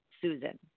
Susan